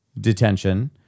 Detention